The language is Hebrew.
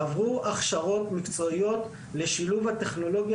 עברו הכשרות מקצועיות לשילוב הטכנולוגיה